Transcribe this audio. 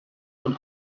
von